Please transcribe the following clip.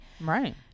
Right